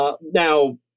Now